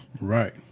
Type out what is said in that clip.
Right